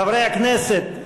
חברי הכנסת,